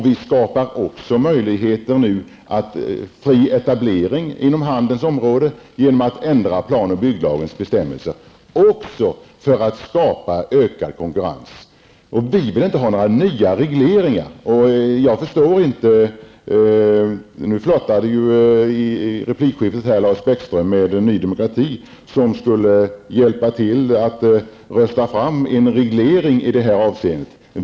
Vi skapar också möjligheter till fri etablering inom handeln genom att ändra plan och bygglagens bestämmelser, också detta för att skapa ökad konkurrens. Vi vill inte ha nya regleringar. Lars Bäckström flörtade med Ny Demokrati och sade att Ny Demokrati skulle hjälpa till att rösta fram regleringar i det här avseendet.